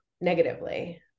negatively